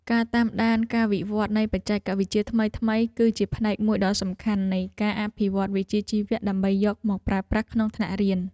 ការតាមដានការវិវត្តនៃបច្ចេកវិទ្យាថ្មីៗគឺជាផ្នែកមួយដ៏សំខាន់នៃការអភិវឌ្ឍវិជ្ជាជីវៈដើម្បីយកមកប្រើប្រាស់ក្នុងថ្នាក់រៀន។